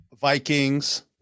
Vikings